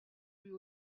rue